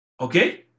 okay